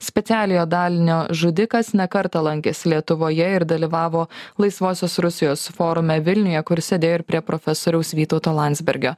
specialiojo dalinio žudikas ne kartą lankės lietuvoje ir dalyvavo laisvosios rusijos forume vilniuje kur sėdėjo ir prie profesoriaus vytauto landsbergio